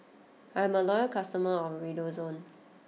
I'm a loyal customer of Redoxon